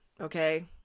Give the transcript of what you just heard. okay